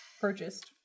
Purchased